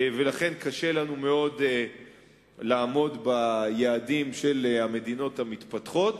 ולכן קשה לנו מאוד לעמוד ביעדים של המדינות המפותחות.